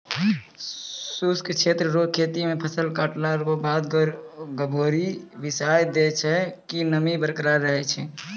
शुष्क क्षेत्र रो खेती मे फसल काटला रो बाद गभोरी बिसाय दैय छै कि नमी बरकरार रहै